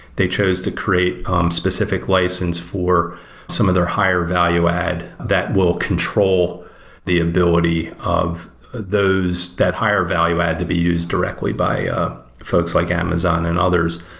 they chose to create specific license for some of their higher value ad that will control the ability of that higher value ad to be used directly by folks like amazon and others.